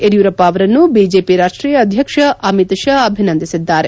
ಯಡಿಯೂರಪ್ಪ ಅವರನ್ನು ಬಿಜೆಪಿ ರಾಷ್ಷೀಯ ಅಧ್ಯಕ್ಷ ಅಮಿತ್ ಷಾ ಅಭಿನಂದಿಸಿದ್ದಾರೆ